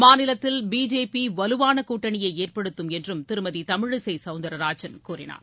மாநிலத்தில் பிஜேபி வலுவான கூட்டணியை ஏற்படுத்தும் என்றும் திருமதி தமிழிசை சவுந்தரராஜன் கூறினார்